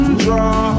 draw